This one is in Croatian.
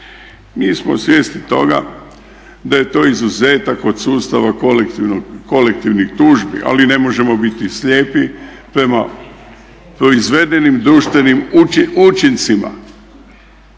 Mi smo svjesni toga da je to izuzetak od sustava kolektivnih tužbi ali ne možemo biti slijepi prema proizvedenim društvenim učincima